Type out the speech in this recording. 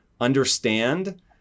understand